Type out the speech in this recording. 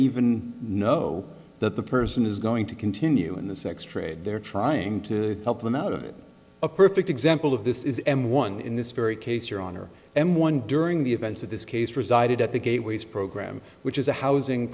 even know that the person is going to continue in the sex trade they are trying to help them out of a perfect example of this is m one in this very case your honor and one during the events of this case resided at the gateways program which is a housing